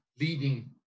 leading